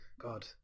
God